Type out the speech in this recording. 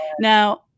now